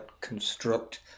construct